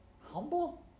Humble